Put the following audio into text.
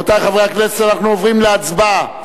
רבותי חברי הכנסת, אנו עוברים להצבעה.